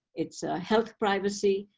it's health privacy.